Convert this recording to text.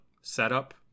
setup